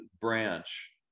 branch